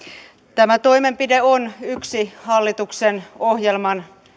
tämä toimenpide on yksi hallituksen ohjelman